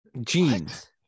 Jeans